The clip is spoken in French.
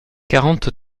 quarante